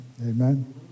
Amen